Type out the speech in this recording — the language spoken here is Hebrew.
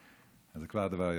זה כבר דבר יפה.